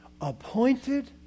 appointed